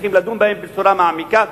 שצריכים לדון בהם בצורה מעמיקה,